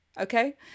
okay